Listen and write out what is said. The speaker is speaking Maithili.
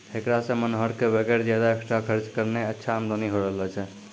हेकरा सॅ मनोहर कॅ वगैर ज्यादा एक्स्ट्रा खर्च करनॅ अच्छा आमदनी होय रहलो छै